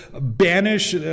banish